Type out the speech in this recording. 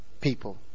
people